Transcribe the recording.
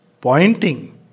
pointing